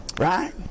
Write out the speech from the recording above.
Right